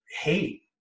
hate